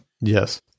Yes